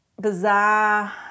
bizarre